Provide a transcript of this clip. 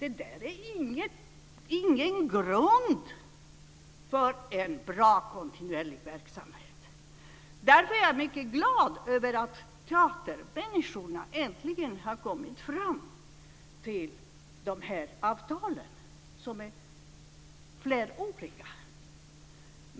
Det är ingen grund för en bra kontinuerlig verksamhet. Därför är jag mycket glad över att teatermänniskorna äntligen har kommit fram till de fleråriga avtalen.